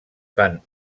fan